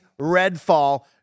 Redfall